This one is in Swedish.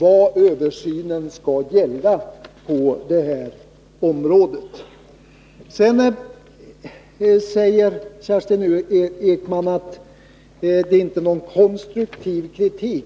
vad översynen skall gälla på detta område. Kerstin Ekman säger sedan att det inte har anförts någon konstruktiv kritik.